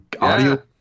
audio